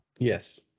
Yes